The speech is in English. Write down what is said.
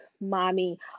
mommy